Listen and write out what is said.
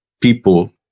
people